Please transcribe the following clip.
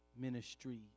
ministry